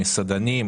מסעדנים,